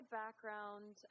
background